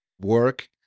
work